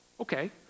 Okay